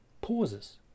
pauses